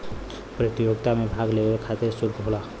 प्रतियोगिता मे भाग लेवे खतिर सुल्क होला